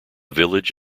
village